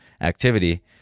activity